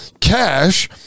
cash